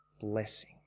blessing